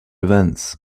events